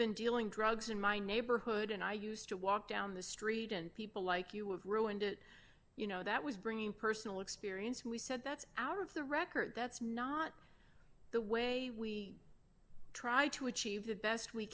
been dealing drugs in my neighborhood and i used to walk down the street and people like you have ruined it you know that was bringing personal experience we said that's out of the record that's not the way we try to achieve the best we